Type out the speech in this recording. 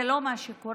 זה לא מה שקורה,